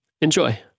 Enjoy